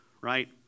right